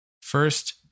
First